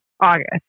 August